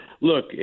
look